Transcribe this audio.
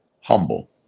humble